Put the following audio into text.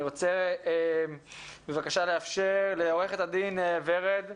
אני רוצה לאפר לעורכת הידן ורד וינדמן,